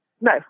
no